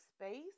space